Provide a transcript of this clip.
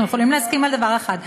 אנחנו יכולים להסכים על דבר אחד.